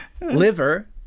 Liver